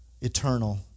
eternal